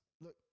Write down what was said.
Look